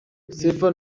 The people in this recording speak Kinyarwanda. stephen